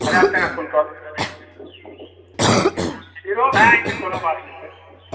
हजार टका क्वींटल खीरो भए जेतै कोनो बात नहि छै